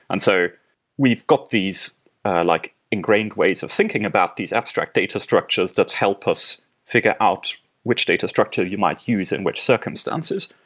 and so we've got these like engrained ways of thinking about these abstract data structures that help us figure out which data structure you might use and which circumstances.